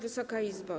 Wysoka Izbo!